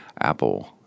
Apple